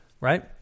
right